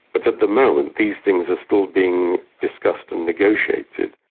but at the moment these things are still being discussed and negotiated.